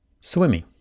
swimming